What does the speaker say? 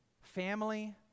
family